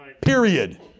period